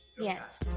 Yes